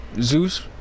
Zeus